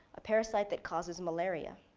a parasite that causes malaria.